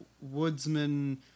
woodsman